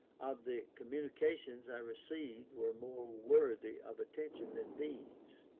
of the communications i received were more worthy of attention than these,